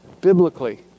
biblically